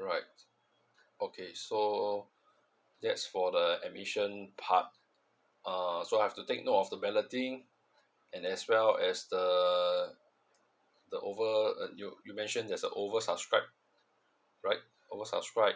alright okay so that's for the admission part uh so I have to take note of the balloting and as well as the the over a you you mention there's over subscribe right over subscribe